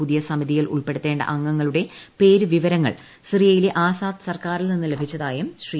പുതിയ സമിതിയിൽ ഉൾപ്പെടുത്തേണ്ട അംഗങ്ങളുടെ പേരുവിവരങ്ങൾ സിറിയയിലെ ആസാദ് സർക്കാരിൽ നിന്ന് ലഭിച്ചതായും ശ്രീ